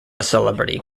celebrity